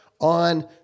on